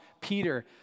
Peter